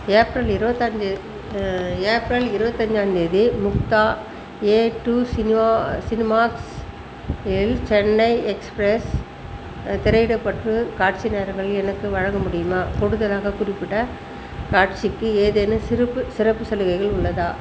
April இருபத்தஞ்சி தேதி April இருபத்தஞ்சாம் தேதி முக்தா ஏடூ சினிமாஸ் சினிமாஸ் இல் சென்னை எக்ஸ்ப்ரஸ் திரையிடப்படும் காட்சி நேரங்கள் எனக்கு வழங்க முடியுமா கூடுதலாக குறிப்பிட்ட காட்சிக்கு ஏதேனும் சிறப்பு சிறப்பு சலுகைகள் உள்ளதா